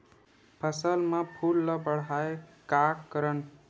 फसल म फूल ल बढ़ाय का करन?